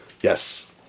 yes